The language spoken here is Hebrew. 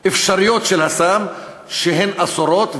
אפשריות של הסם שהן אסורות,